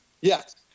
Yes